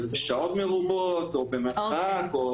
שעות מרובות או במרחק.